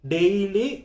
Daily